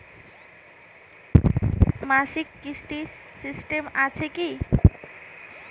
মাসিক কিস্তির সিস্টেম আছে কি?